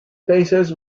pacers